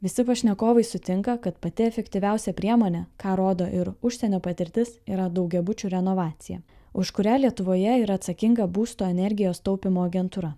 visi pašnekovai sutinka kad pati efektyviausia priemonė ką rodo ir užsienio patirtis yra daugiabučių renovacija už kurią lietuvoje yra atsakinga būsto energijos taupymo agentūra